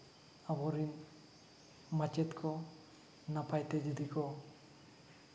ᱟᱵᱚ ᱨᱤᱱ ᱢᱟᱪᱮᱫ ᱠᱚ ᱱᱟᱯᱟᱭ ᱛᱮ ᱡᱩᱫᱤ ᱠᱚ